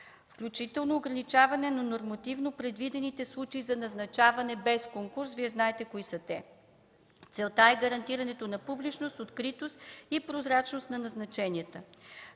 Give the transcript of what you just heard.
включително ограничаване на нормативно предвидените случаи за назначаване без конкурс. Вие знаете кои са те. Целта е гарантиране на публичност, откритост и прозрачност на назначенията.